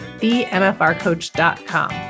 themfrcoach.com